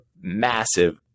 massive